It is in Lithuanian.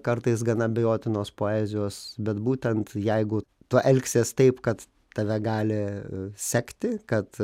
kartais gana abejotinos poezijos bet būtent jeigu tu elgsies taip kad tave gali sekti kad